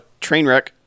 Trainwreck